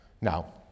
Now